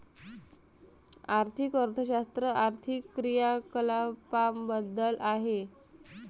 आर्थिक अर्थशास्त्र आर्थिक क्रियाकलापांबद्दल आहे